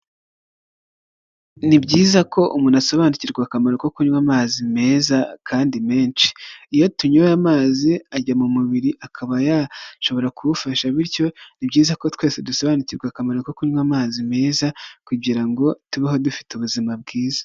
Ni byiza ko umuntu asobanukirwa akamaro ko kunywa amazi meza kandi menshi, iyo tunyoye amazi ajya mu mubiri akaba yashobora kuwufasha, bityo ni byiza ko twese dusobanukirwa akamaro ko kunywa amazi meza, kugira ngo tubeho dufite ubuzima bwiza.